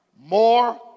More